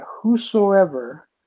whosoever